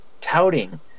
touting